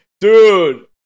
Dude